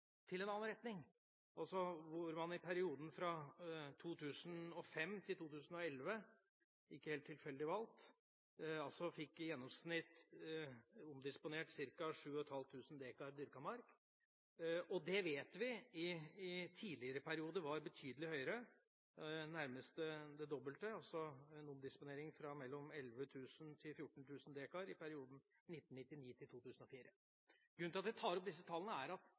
en annen retning. I perioden fra 2005 til 2011 – ikke helt tilfeldig valgt – ble det i gjennomsnitt omdisponert ca. 7 500 dekar dyrka mark. Vi vet at tallene i tidligere perioder var betydelig høyere, nærmest det dobbelte. Det var en omdisponering fra mellom 11 000 til 14 000 dekar i perioden 1999 til 2004. Grunnen til at jeg tar opp disse tallene, er at